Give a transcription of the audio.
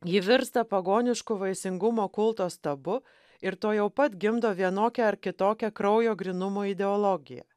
ji virsta pagonišku vaisingumo kulto stabu ir tuojau pat gimdo vienokią ar kitokią kraujo grynumo ideologiją